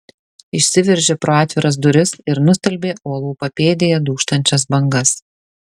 išsiveržė pro atviras duris ir nustelbė uolų papėdėje dūžtančias bangas